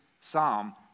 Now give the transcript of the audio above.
psalm